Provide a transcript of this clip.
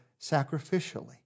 sacrificially